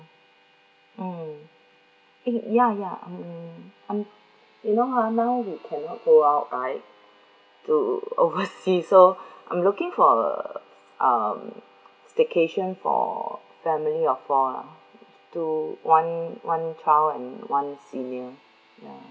mm eh ya ya mm I'm you know how I cannot go out right to overseas so I'm looking for um staycation for family of four lah two one one child and one senior ya